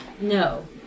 No